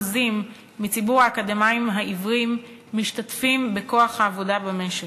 68% מציבור האקדמאים העיוורים משתתפים בכוח העבודה במשק.